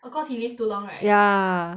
oh cause he live too long right ya